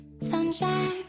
Sunshine